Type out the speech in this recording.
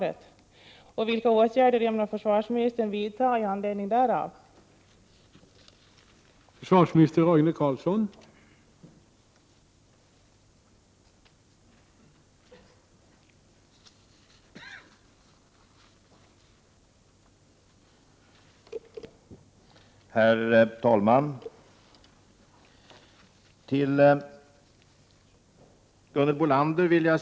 Eloch datasystem skapar nya former av sårbarhet.